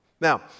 Now